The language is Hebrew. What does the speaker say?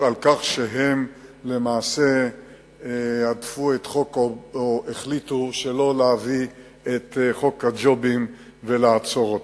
על כך שהם למעשה הדפו או החליטו שלא להביא את חוק הג'ובים ולעצור אותו.